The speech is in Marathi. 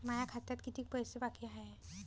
माया खात्यात कितीक पैसे बाकी हाय?